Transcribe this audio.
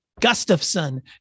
Gustafson